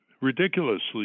ridiculously